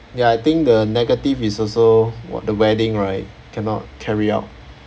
ya I think the negative is also what the wedding right cannot carry out